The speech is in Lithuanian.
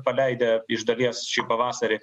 paleidę iš dalies šį pavasarį